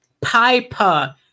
Piper